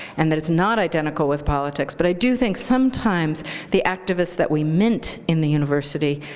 and that it's not identical with politics. but i do think sometimes the activists that we mint in the university